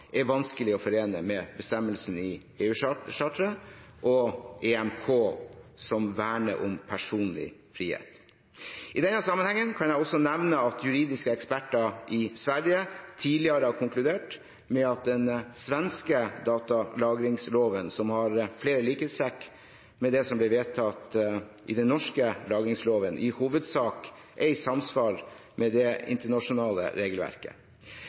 er vanskelig å forene med bestemmelsene i EU-charteret og EMK, som verner om personlig frihet. I denne sammenhengen kan jeg også nevne at juridiske eksperter i Sverige tidligere har konkludert med at den svenske datalagringsloven, som har flere likhetstrekk med det som ble vedtatt i den norske dalagringsloven, i hovedsak er i samsvar med det internasjonale regelverket.